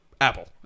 Apple